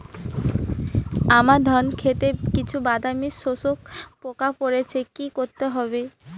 আমার ধন খেতে কিছু বাদামী শোষক পোকা পড়েছে কি করতে হবে?